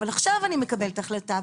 עכשיו אני מקבל את ההחלטה,